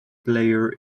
player